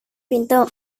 pintu